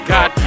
God